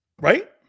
Right